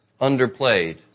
underplayed